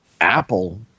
Apple